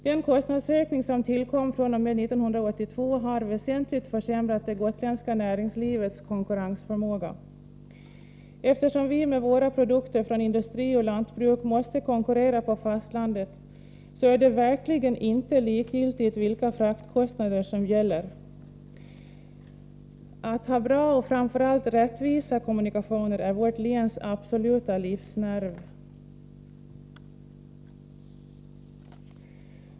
Den kostnadsökning som skedde fr.o.m. 1982 har väsentligt försämrat det gotländska näringslivets konkurrensförmåga. Eftersom vi måste konkurrera på fastlandet med våra produkter från industri och lantbruk är det verkligen inte likgiltigt vilka fraktkostnader som gäller. Bra och framför allt rättvisa kommunikationer är vårt läns absoluta livsnerv.